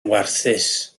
warthus